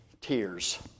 tears